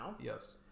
Yes